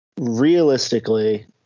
realistically